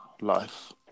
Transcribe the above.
life